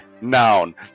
Noun